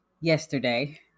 yesterday